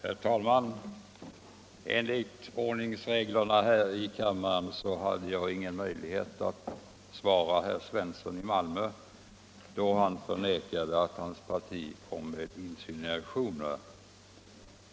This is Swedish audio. Herr talman! Enligt debattreglerna hade jag ingen möjlighet att svara Onsdagen den herr Svensson i Malmö då han förnekade att hans parti framfört in — 5 november 1975 sinuationer.